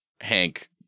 Hank